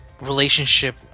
relationship